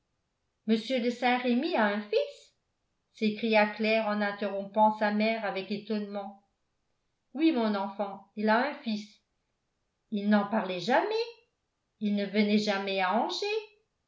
m de saint-remy a un fils s'écria claire en interrompant sa mère avec étonnement oui mon enfant il a un fils il n'en parlait jamais il ne venait jamais à angers